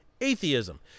atheism